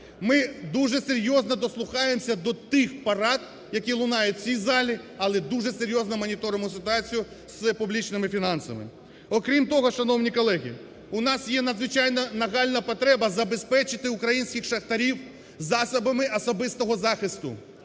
Ми дуже серйозно дослухаємося до тих порад, які лунають у цій залі, але дуже серйозно моніторимо ситуацію з публічними фінансами. Окрім того, шановні колеги, у нас є надзвичайно нагальна потреба забезпечити українських шахтарів засобами особистого захисту.